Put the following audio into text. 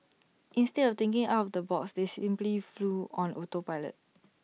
instead of thinking out of the box they simply flew on auto pilot